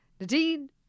Nadine